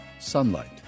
Sunlight